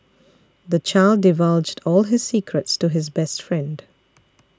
the child divulged all his secrets to his best friend